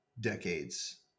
decades